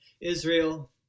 Israel